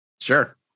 Sure